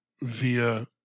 via